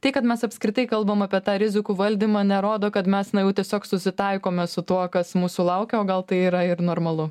tai kad mes apskritai kalbam apie tą rizikų valdymą nerodo kad mes na jau tiesiog susitaikome su tuo kas mūsų laukia o gal tai yra ir normalu